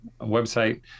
website